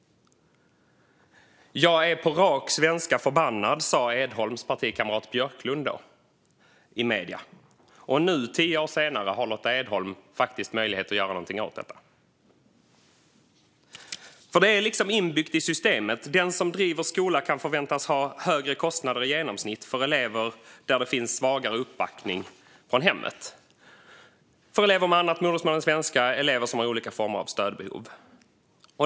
Jag är på rak svenska förbannad, sa Edholms partikamrat Björklund då i medierna. Nu tio år senare har Lotta Edholm faktiskt möjlighet att göra någonting åt detta. Det är liksom inbyggt i systemet. Den som driver skola kan förväntas ha högre kostnader än i genomsnitt för elever där det finns svagare uppbackning från hemmet och för elever med annat modersmål än svenska eller som har olika former av stödbehov.